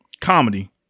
comedy